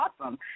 awesome